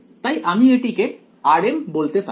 তাই আমি এটিকে rm বলতে পারি